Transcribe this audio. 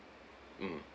mm